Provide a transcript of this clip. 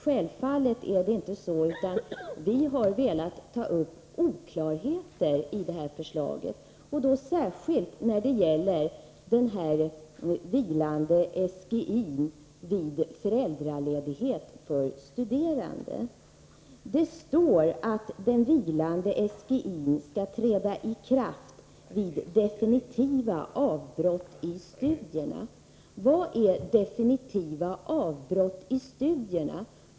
Självfallet är det inte så, utan vi har velat ta upp oklarheter i det här förslaget, särskilt när det gäller den vilande SGI:n vid föräldraledighet för studerande. Det står angivet att den vilande SGI:n skall träda i kraft vid definitivt avbrott i studierna. Vad är definitivt avbrott i studierna?